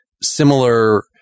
similar